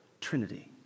Trinity